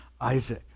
Isaac